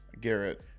Garrett